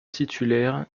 titulaire